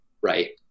Right